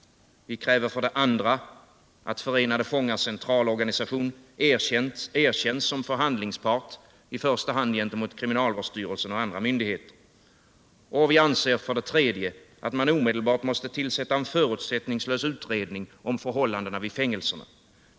För det andra kräver vi att Förenade fångars centralorganisation erkänns som förhandlingspart i första hand gentemot kriminalvårdsstyrelsen och andra myndigheter. Vi anser för det tredje att man omedelbart måste tillsätta en förutsättningslös utredning om förhållandena vid fängelserna.